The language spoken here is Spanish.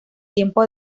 tiempo